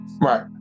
Right